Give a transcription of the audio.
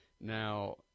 Now